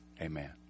Amen